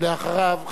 אחריו,